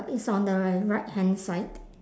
it's on the ri~ right hand side